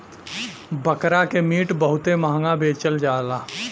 बकरा के मीट बहुते महंगा बेचल जाला